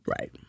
Right